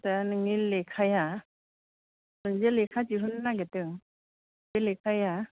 दा नोंनि लेखाया नों जे लेखा दिहुननो नागिरदों बे लेखाया